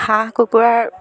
হাঁহ কুকুৰাৰ